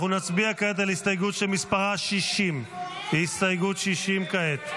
אנחנו נצביע כעת על הסתייגות שמספרה 60. הסתייגות 60 כעת.